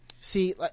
See